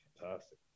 fantastic